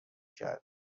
کرد